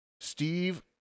Steve